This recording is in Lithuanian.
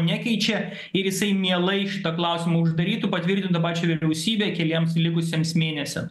nekeičia ir jisai mielai šitą klausimą uždarytų patvirtintų tą pačią vyriausybę keliems likusiems mėnesiams